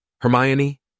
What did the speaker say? Hermione